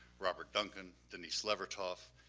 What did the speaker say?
robert duncan, denise levertov,